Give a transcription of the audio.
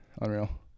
unreal